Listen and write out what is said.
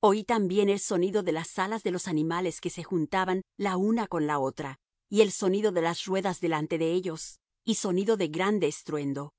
oí también el sonido de las alas de los animales que se juntaban la una con la otra y el sonido de las ruedas delante de ellos y sonido de grande estruendo